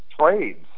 trades